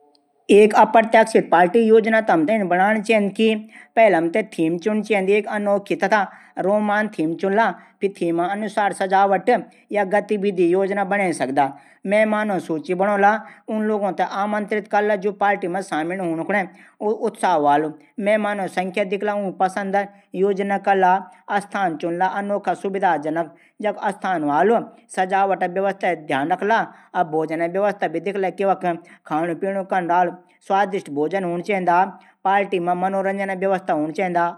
एक अप्रत्याशित पार्टी योजना हमथै इन बणान चैःद की पैली हमथै थीम चुन चैद। फिर रोमांस थीम चुनला फिर थीम अनुसार सजावट गतिविधियों योजना बणे सकदा। मेहमानों सूची बणोला। लोगों थै आमंत्रित कला। पार्टी मा शामिल हूणू कुने। ज्याः से ऊमा उत्साह हुवालू। मेहमानों संख्या दिखला। ऊंकी पंसद योजना करला। स्थान चुनला। सुविधा जनक स्थान दिखला। सजावट और भोजन व्यवस्था ध्यान रखला।